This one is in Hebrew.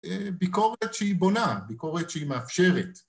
ביקורת שהיא בונה, ביקורת שהיא מאפשרת.